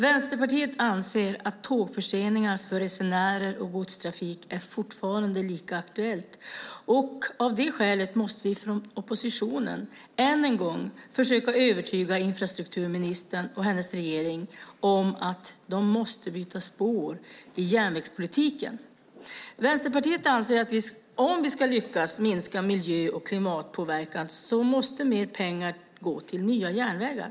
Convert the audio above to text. Vänsterpartiet anser att tågförseningar för resenärer och godstrafik fortfarande är lika aktuella, och av det skälet måste vi från oppositionen än en gång försöka övertyga infrastrukturministern och hennes regering om att de måste byta spår i järnvägspolitiken. Vänsterpartiet anser att om vi ska lyckas minska miljö och klimatpåverkan måste mer pengar gå till nya järnvägar.